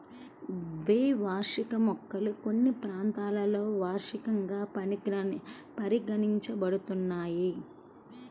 ద్వైవార్షిక మొక్కలు కొన్ని ప్రాంతాలలో వార్షికంగా పరిగణించబడుతున్నాయి